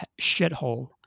shithole